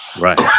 right